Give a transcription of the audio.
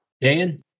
Dan